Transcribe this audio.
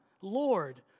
Lord